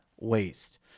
waste